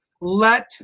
let